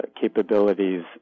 capabilities